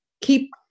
keep